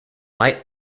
light